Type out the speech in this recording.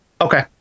okay